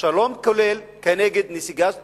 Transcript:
שלום כולל כנגד נסיגה שלמה,